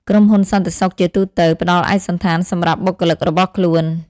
ក្រុមហ៊ុនសន្តិសុខជាទូទៅ ផ្តល់ឯកសណ្ឋាន សម្រាប់បុគ្គលិករបស់ខ្លួន។